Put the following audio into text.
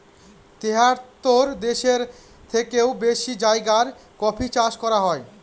তেহাত্তর দেশের থেকেও বেশি জায়গায় কফি চাষ করা হয়